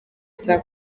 saa